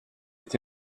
est